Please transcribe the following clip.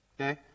Okay